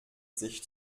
sich